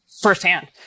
firsthand